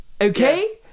okay